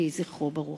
יהי זכרו ברוך.